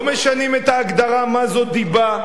לא משנים את ההגדרה מה זאת דיבה.